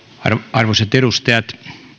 arvoisat edustajat